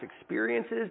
experiences